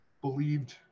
believed